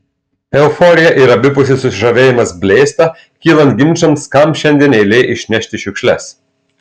euforija ir abipusis susižavėjimas blėsta kylant ginčams kam šiandien eilė išnešti šiukšles